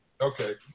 Okay